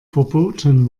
verboten